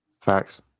Facts